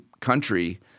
country